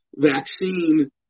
Vaccine